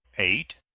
eight.